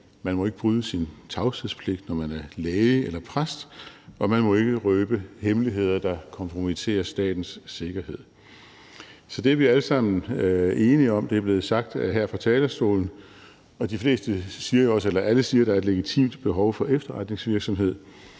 Man må ikke bryde sin tavshedspligt, når man er læge eller præst, og man må ikke røbe hemmeligheder, der kompromitterer statens sikkerhed. Så det er vi alle sammen enige om. Det er blevet sagt her fra talerstolen, og alle siger, at der er et legitimt behov for efterretningsvirksomhed,